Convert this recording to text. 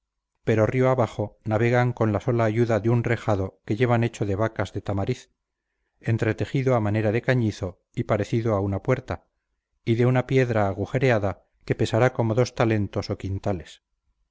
pero río abajo navegan con la sola ayuda de un rejado que llevan hecho de vacas de tamariz entretejido a manera de cañizo y parecido a una puerta y de una piedra agujereada que pesará como dos talentos o quintales